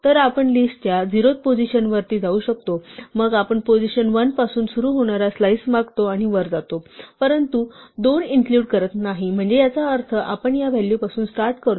तर आपण लिस्टच्या 0 व्या पोझिशनवर जाऊ शकतो मग आपण पोझिशन 1 पासून सुरू होणारा स्लाइस मागतो आणि वर जातो परंतु 2 इन्क्लुड करत नाही म्हणजे याचा अर्थ आपण या व्हॅल्यूपासून स्टार्ट करतो